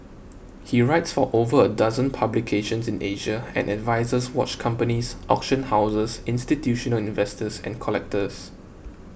he writes for over a dozen publications in Asia and advises watch companies auction houses institutional investors and collectors